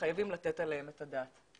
וחייבים לתת עליהם את הדעת.